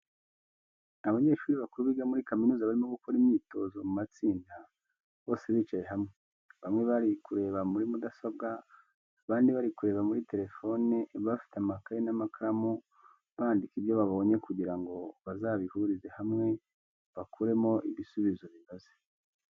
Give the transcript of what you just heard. Abanyeshuri bakuru biga muri kaminuza barimo gukora imyitozo mu matsinda, bose bicaye hamwe. Bamwe bari kureba muri mudasobwa, abandi bari kureba muri telefoni, bafite amakayi n'amakaramu bandika ibyo babonye kugira ngo bazabihurize hamwe bakuremo ibisubizo binoze.